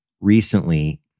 recently